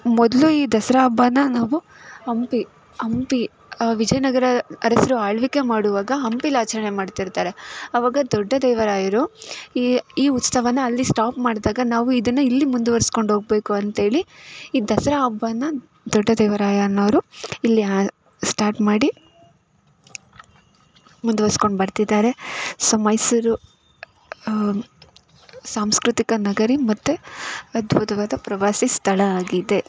ಮೊದಲು ಈ ದಸರಾ ಹಬ್ಬನ ನಾವು ಹಂಪಿ ಹಂಪಿ ವಿಜಯನಗರ ಅರಸರು ಆಳ್ವಿಕೆ ಮಾಡುವಾಗ ಹಂಪಿಲಿ ಆಚರಣೆ ಮಾಡ್ತಿರ್ತಾರೆ ಆವಾಗ ದೊಡ್ಡ ದೇವರಾಯರು ಈ ಈ ಉತ್ಸವನ ಅಲ್ಲಿ ಸ್ಟಾಪ್ ಮಾಡಿದಾಗ ನಾವು ಇದನ್ನು ಇಲ್ಲಿ ಮುಂದುವರೆಸ್ಕೊಂಡೋಗ್ಬೇಕು ಅಂಥೇಳಿ ಈ ದಸರಾ ಹಬ್ಬನ ದೊಡ್ಡ ದೇವರಾಯ ಅನ್ನೋರು ಇಲ್ಲಿ ಆ ಸ್ಟಾರ್ಟ್ ಮಾಡಿ ಮುಂದುವರ್ಸ್ಕೊಂಡು ಬರ್ತಿದ್ದಾರೆ ಸೊ ಮೈಸೂರು ಸಾಂಸ್ಕೃತಿಕ ನಗರಿ ಮತ್ತೆ ಅದ್ಭುತವಾದ ಪ್ರವಾಸಿ ಸ್ಥಳ ಆಗಿದೆ